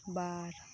ᱵᱟᱨ